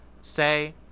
say